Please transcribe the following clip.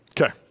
Okay